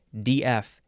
df